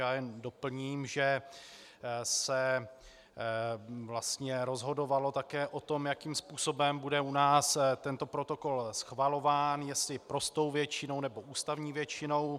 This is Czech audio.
Já jen doplním, že se vlastně rozhodovalo také o tom, jakým způsobem bude u nás tento protokol schvalován, jestli prostou většinou, nebo ústavní většinou.